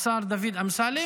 השר דוד אמסלם,